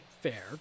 Fair